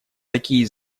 такие